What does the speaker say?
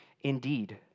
Indeed